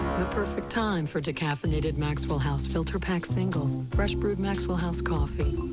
the perfect time for decaffeinated maxwell house filter pack singles. fresh-brewed maxwell house coffee